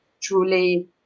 truly